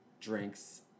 drinks